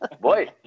Boy